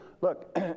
look